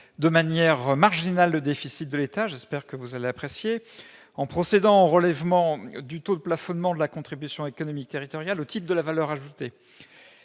de manière marginale le déficit de l'État- j'espère que vous apprécierez -en procédant au relèvement du taux de plafonnement de la contribution économique territoriale au titre de la valeur ajoutée.